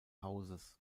hauses